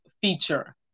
feature